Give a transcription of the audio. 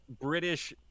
British